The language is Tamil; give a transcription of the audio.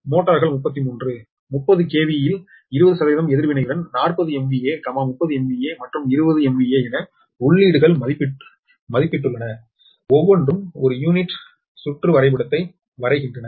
மோட்டார்கள் 33 30 KV இல் 20 எதிர்வினையுடன் 40 MVA 30 MVA மற்றும் 20 MVA என உள்ளீடுகள் மதிப்பிட்டுள்ளன ஒவ்வொன்றும் ஒரு யூனிட் சுற்று வரைபடத்தை வரைகின்றன